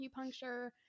acupuncture